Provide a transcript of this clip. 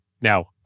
now